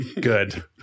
good